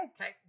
Okay